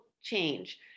change